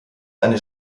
eine